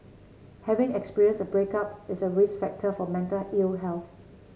having experienced a breakup is a risk factor for mental ill health